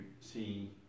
see